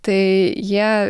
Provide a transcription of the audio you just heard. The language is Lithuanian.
tai jie